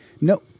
No